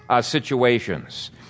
situations